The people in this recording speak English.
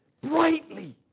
brightly